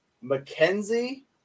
Mackenzie